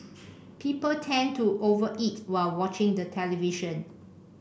people tend to over eat while watching the television